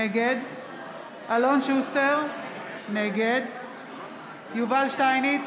נגד אלון שוסטר, נגד יובל שטייניץ,